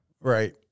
Right